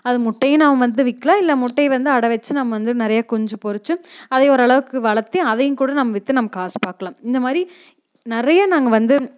அது முட்டையும் நாம் வந்து விற்கலாம் இல்லை முட்டை வந்து அடை வச்சி நம்ம வந்து நிறையா குஞ்சு பொறித்து அதையும் ஓரளவுக்கு வளர்த்து அதையும் கூட நம்ம விற்று நம்ம காசு பார்க்கலாம் இந்த மாதிரி நிறையா நாங்கள் வந்து